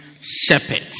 shepherds